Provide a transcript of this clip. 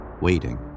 waiting